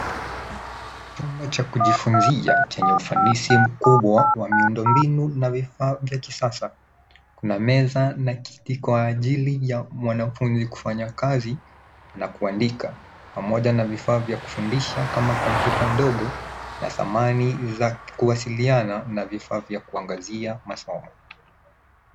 Chombo cha kujifunza chenye ufanisi mkubwa wa miundo mbinu na vifaa vya kisasa. Kuna meza na kiti kwa ajili ya mwanafunzi kufanya kazi na kuandika, pamoja na vifaa vya kufundisha kama kompyuta ndogo, na thamani za kuwasiliana na vifaa vya kuangazia masomo.